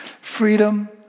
freedom